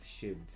shaved